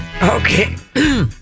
Okay